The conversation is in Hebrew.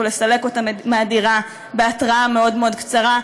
לסלק אותה מהדירה בהתראה מאוד מאוד קצרה,